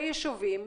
מהיישובים,